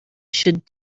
should